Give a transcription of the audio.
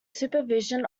supervision